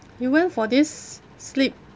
you went for this sleep